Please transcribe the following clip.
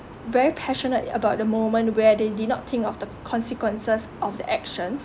very passionate about the moment where they did not think of the consequences of the actions